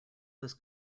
was